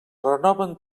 renoven